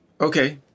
Okay